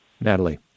Natalie